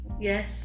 Yes